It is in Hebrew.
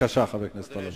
בבקשה, חבר הכנסת טלב אלסאנע.